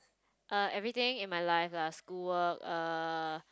err everything in my life lah school work err